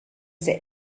say